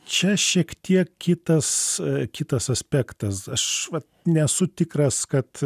čia šiek tiek kitas kitas aspektas aš vat nesu tikras kad